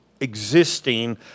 existing